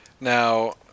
now